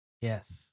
Yes